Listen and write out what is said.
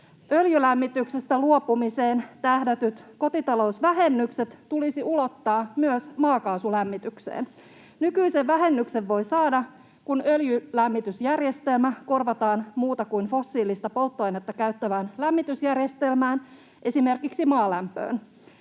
Öljylämmityksestä luopumiseen tähdätyt kotitalousvähennykset tulisi ulottaa myös maakaasulämmitykseen. Nykyisen vähennyksen voi saada, kun öljylämmitysjärjestelmä korvataan muuta kuin fossiilista polttoainetta käyttävällä lämmitysjärjestelmällä, esimerkiksi maalämmöllä.